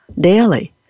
daily